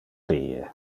die